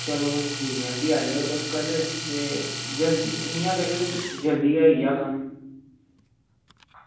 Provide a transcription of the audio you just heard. चलो ठीक ऐ भी आएओ तुस कल ते इ'यां करेओ कि जल्दी गै होई जा कम्म